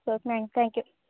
thank you